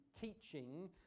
teaching